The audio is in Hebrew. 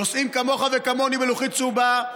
שנוסעים כמוני וכמוך עם לוחית צהובה,